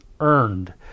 earned